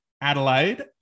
Adelaide